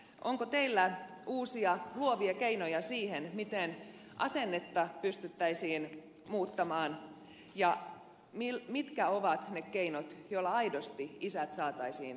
onko teillä uusia luovia keinoja siihen miten asennetta pystyttäisiin muuttamaan ja mitkä ovat ne keinot joilla aidosti isät saataisiin käyttämään vanhempainvapaita